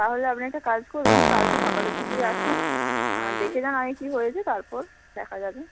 তাহলে আপনি একটা কাজ করুন কালকে সকালের দিকেই আসুন দেখে যান আগে কী হয়েছে তারপর দেখা যাবে